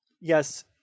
yes